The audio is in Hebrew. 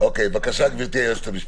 בבקשה, גברתי, היועצת המשפטית.